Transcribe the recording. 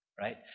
right